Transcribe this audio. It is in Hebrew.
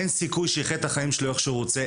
אין סיכוי שיחיה את החיים שלו איך שהוא רוצה.